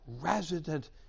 resident